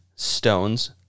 Stones